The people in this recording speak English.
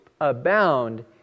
abound